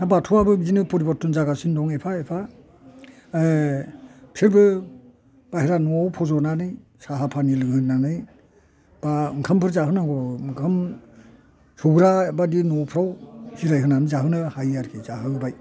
दा बाथौआबो बिदिनो फरिबरथन जागासिनो दं एफा एफा बिसोरबो बाहेरानि न'आव फज'नानै साहा फानि लोंहोनानै एबा ओंखामफोर जाहोनांगौ ओंखाम संग्राबादि न'फ्राव जिरायहोनानै जाहोनो हायो आरोखि जाहोबाय